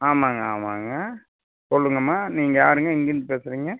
ஆமாங்க ஆமாங்க சொல்லுங்கம்மா நீங்கள் யாருங்க எங்கேயிருந்து பேசுகிறீங்க